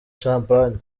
champagne